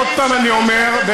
עוד פעם אני אומר ומסכם: